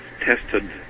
tested